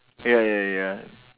ya ya ya